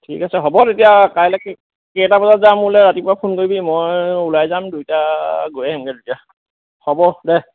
ঠিক আছে হ'ব তেতিয়া কাইলেকে কেইটা বজাত যাৱ মোলৈ ৰাতিপুৱা ফোন কৰিবি মই ওলাই যাম দুয়োটা গৈ আহিমগৈ দুয়োটা হ'ব দে